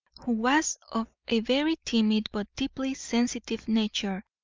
who was of a very timid but deeply sensitive nature,